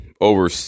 Over